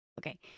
Okay